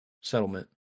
settlement